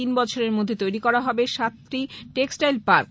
তিন বছরের মধ্যে তৈরি করা হবে সাতটি টেক্সটাইল পার্ক